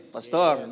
Pastor